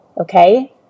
okay